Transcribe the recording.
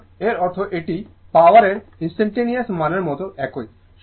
সুতরাং এর অর্থ এটি পাওয়ারের ইনস্টানটানেওয়াস মানের মতো একই